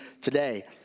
today